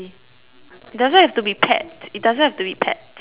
doesn't have to be pet it doesn't have to be pet